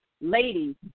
ladies